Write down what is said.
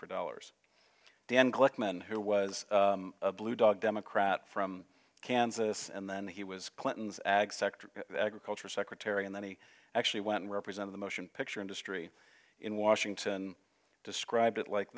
for dollars dan glickman who was a blue dog democrat from kansas and then he was clinton's ag sector culture secretary and then he actually went to represent the motion picture industry in washington described it like